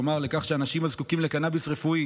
כלומר לכך שאנשים הזקוקים לקנביס רפואי